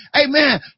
amen